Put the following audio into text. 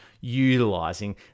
utilizing